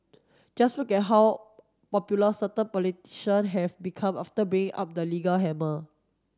just look at how popular certain politician have become after bringing up the legal hammer